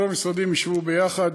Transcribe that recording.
וכל המשרדים ישבו ביחד.